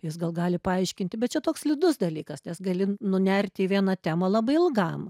jis gal gali paaiškinti bet čia toks slidus dalykas nes gali nunerti į vieną temą labai ilgam